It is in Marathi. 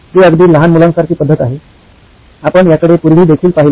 ही अगदी लहान मुलासारखी पद्धत आहेआपण याकडे पूर्वी देखील पाहिले